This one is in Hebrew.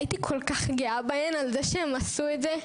הייתי כל כך גאה בהן על זה שהן עשו את זה,